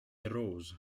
rose